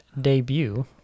debut